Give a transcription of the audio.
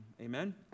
Amen